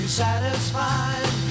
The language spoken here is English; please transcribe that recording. satisfied